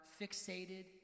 fixated